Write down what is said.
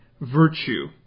virtue